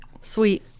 Sweet